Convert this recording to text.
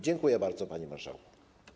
Dziękuję bardzo, panie marszałku.